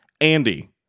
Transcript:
Andy